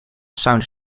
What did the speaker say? sound